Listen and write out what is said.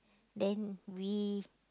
then we